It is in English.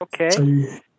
Okay